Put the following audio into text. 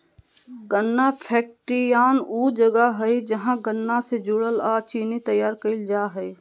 गन्ना फैक्ट्रियान ऊ जगह हइ जहां गन्ना से गुड़ अ चीनी तैयार कईल जा हइ